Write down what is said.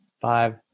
five